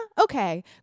Okay